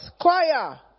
choir